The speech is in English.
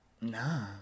Nah